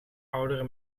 oudere